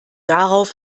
darauf